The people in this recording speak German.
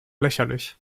lächerlich